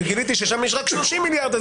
וגיליתי ששם יש רק שלושים מיליארד.